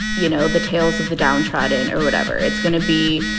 you know, the tales of the downtrodden or whatever it's going to be.